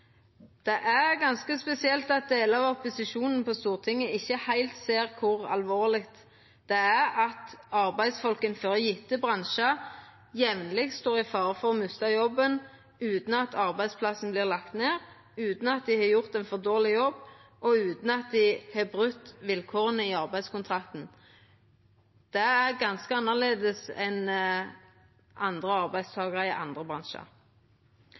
Det er ganske spesielt at delar av opposisjonen på Stortinget ikkje heilt ser kor alvorleg det er at arbeidsfolk innanfor gjevne bransjar jamleg står i fare for å mista jobben utan at arbeidsplassen vert lagt ned, utan at dei har gjort ein for dårleg jobb, og utan at dei har brote vilkåra i arbeidskontrakten. Det er ganske annleis enn for andre arbeidstakarar i andre bransjar.